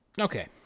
okay